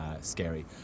scary